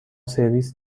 سرویس